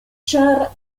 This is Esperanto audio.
ĉar